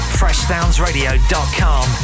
freshsoundsradio.com